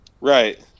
Right